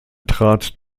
trat